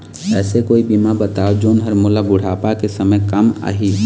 ऐसे कोई बीमा बताव जोन हर मोला बुढ़ापा के समय काम आही?